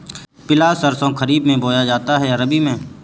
पिला सरसो खरीफ में बोया जाता है या रबी में?